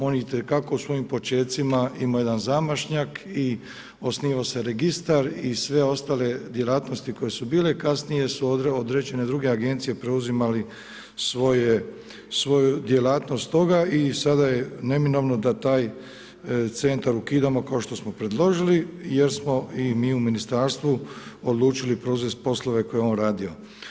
On je itekako u svojim počecima imao jedan zamašnjak i osnivao se registar i sve ostale djelatnosti koje su bile kasnije su određene druge agencije preuzimali svoju djelatnost toga i sada je neminovno da taj centar ukidamo kao što smo predložili jer smo i mi u ministarstvu odlučili preuzeti poslove koje je on radio.